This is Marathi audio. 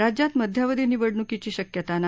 राज्यात मध्यावधी निवडणुकीची शक्यता नाही